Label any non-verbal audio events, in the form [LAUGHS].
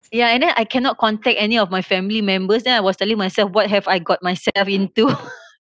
ya and then I cannot contact any of my family members then I was telling myself what have I got myself into [LAUGHS]